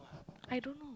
I don't know